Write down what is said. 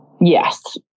yes